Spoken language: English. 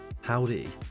Howdy